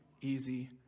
easy